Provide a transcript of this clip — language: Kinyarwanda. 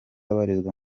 abarizwa